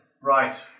Right